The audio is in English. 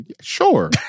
sure